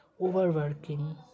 overworking